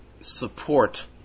support